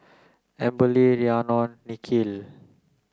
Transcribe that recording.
Amberly Rhiannon Nikhil